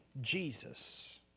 Jesus